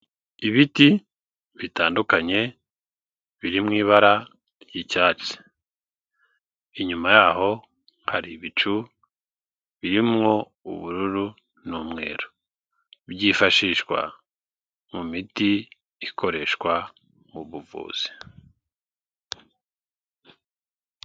Ibiti bitandukanye biri mu ibara ry'icyatsi, inyuma yaho hari ibicu bimwo ubururu n'umweru byifashishwa mu miti ikoreshwa mu buvuzi.